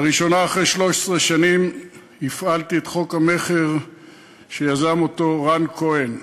לראשונה אחרי 13 שנים הפעלתי את חוק המכר שיזם רן כהן.